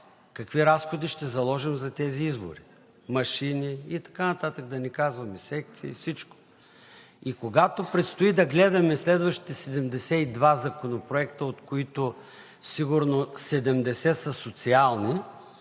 какви разходи ще заложим за тези избори, машини и така нататък, да не казваме секции – всичко. И когато предстои да гледаме следващите 72 законопроекта, от които сигурно 70 са социални,